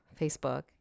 Facebook